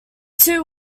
too